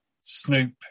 Snoop